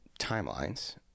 timelines